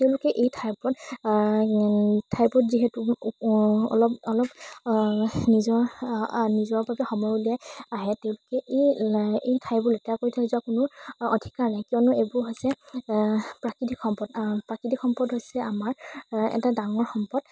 তেওঁলোকে এই ঠাইবোৰ ঠাইবোৰ যিহেতু অলপ অলপ নিজৰ নিজৰ বাবে সময় উলিয়াই আহে তেওঁলোকে এই এই ঠাইবোৰ লেতেৰা কৰি থৈ যোৱাৰ কোনো অধিকাৰ নাই কিয়নো এইবোৰ হৈছে প্ৰাকৃতিক সম্পদ প্ৰাকৃতিক সম্পদ হৈছে আমাৰ এটা ডাঙৰ সম্পদ